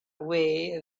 away